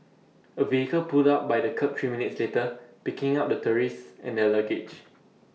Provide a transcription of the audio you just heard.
A vehicle pulled up by the kerb three minutes later picking up the tourists and their luggage